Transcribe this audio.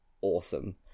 awesome